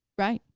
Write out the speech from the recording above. right.